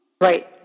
Right